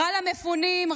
תודה רבה.